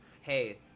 Hey